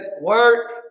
work